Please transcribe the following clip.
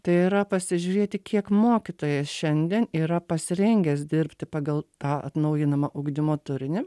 tai yra pasižiūrėti kiek mokytojas šiandien yra pasirengęs dirbti pagal tą atnaujinamą ugdymo turinį